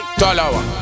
talawa